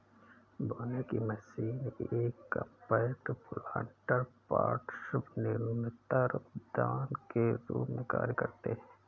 बोने की मशीन ये कॉम्पैक्ट प्लांटर पॉट्स न्यूनतर उद्यान के रूप में कार्य करते है